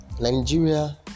Nigeria